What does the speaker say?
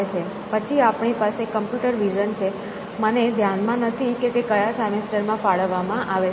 પછી આપણી પાસે કમ્પ્યુટર વિઝન છે મને ધ્યાન માં નથી કે તે કયા સેમેસ્ટર માં ફાળવવામાં આવે છે